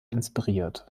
inspiriert